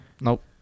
Nope